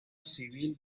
civil